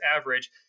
average